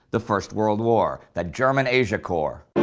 the first world war the german asia corps.